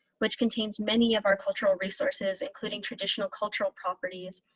which contains many of our cultural resources, including traditional cultural properties.